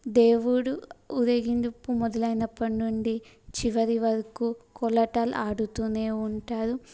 దేవుడు ఊరేగింపు మొదలైనప్పటి నుండి చివరి వరకు కోలాటాలు ఆడుతూనే ఉంటారు